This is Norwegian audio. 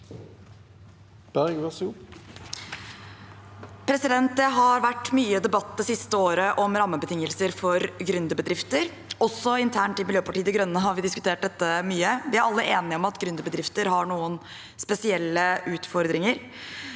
Det har vært mye debatt det siste året om rammebetingelser for gründerbedrifter. Også internt i Miljøpartiet De Grønne har vi diskutert dette mye. Vi er alle enige om at gründerbedrifter har noen spesielle utfordringer.